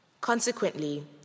Consequently